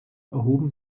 erhoben